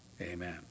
Amen